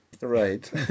right